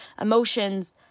emotions